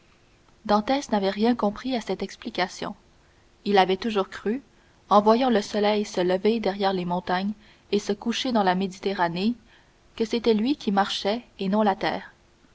dantès n'avait rien compris à cette explication il avait toujours cru en voyant le soleil se lever derrière les montagnes et se coucher dans la méditerranée que c'était lui qui marchait et non la terre